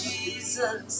Jesus